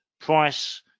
price